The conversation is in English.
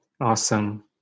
awesome